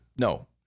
no